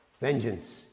Vengeance